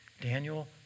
daniel